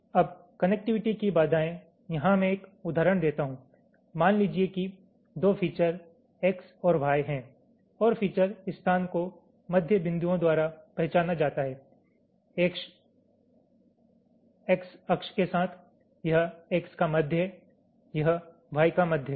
अब कनेक्टिविटी की बाधाएं यहां मैं एक उदाहरण देता हूं मान लीजिए कि 2 फीचर X और Y हैं और फीचर स्थान को मध्य बिंदुओं द्वारा पहचाना जाता है X अक्ष के साथ यह X का मध्य है यह Y का मध्य है